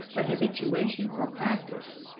but habituation or practice,